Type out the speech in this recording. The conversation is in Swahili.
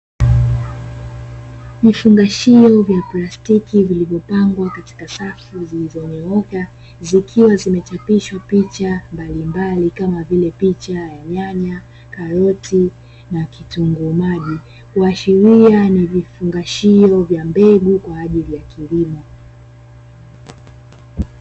Vifungashio vya plastiki vilivyopangwa katika safu zilizonyooka, zikiwa zimechapwishwa picha mbalimbali kama vile picha ya nyanya, karoti na kitunguu maji. Kuashiria ni vifungashio vya mbegu kwaajili ya kilimo.